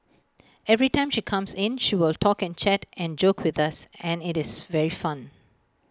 every time she comes in she will talk and chat and joke with us and IT is very fun